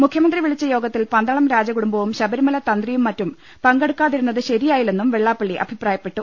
മുഖ്യമന്ത്രി വിളിച്ച യോഗത്തിൽ പന്തളം രാജ കുടുംബവും ശബരിമല തന്ത്രിയും മറ്റും പങ്കെടുക്കാതിരുന്നത് ശരി യായില്ലെന്നും വെള്ളാപ്പള്ളി അഭിപ്രായപ്പെട്ടു